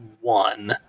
one